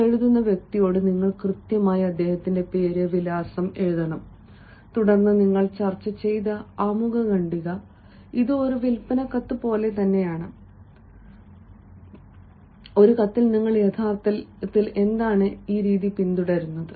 നിങ്ങൾ എഴുതുന്ന വ്യക്തിയോട് നിങ്ങൾ കൃത്യമായി അദ്ദേഹത്തിന്റെ പേര് വിലാസം എഴുതണം തുടർന്ന് ഞങ്ങൾ ചർച്ച ചെയ്ത ആമുഖ ഖണ്ഡിക ഇത് ഒരു വിൽപ്പന കത്ത് പോലെയാണ് ഒരു വിൽപ്പന കത്തിൽ നിങ്ങൾ യഥാർത്ഥത്തിൽ എന്താണ് ഈ രീതി പിന്തുടരുന്നത്